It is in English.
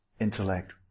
intellect